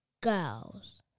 Girls